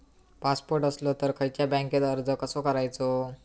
Passport असलो तर खयच्या बँकेत अर्ज कसो करायचो?